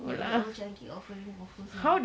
like the old chang kee offering waffles now